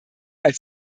als